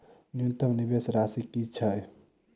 न्यूनतम निवेश राशि की छई?